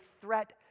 threat